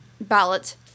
ballot